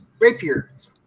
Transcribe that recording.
Rapiers